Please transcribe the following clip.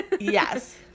Yes